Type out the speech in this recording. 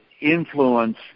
influence